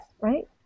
right